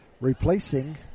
replacing